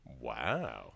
wow